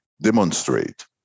demonstrate